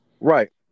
Right